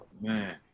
Man